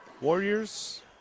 Warriors